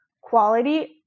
quality